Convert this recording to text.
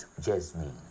Jasmine